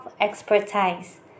expertise